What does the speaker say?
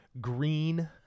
green